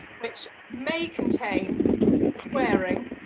which may contain swearing,